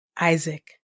Isaac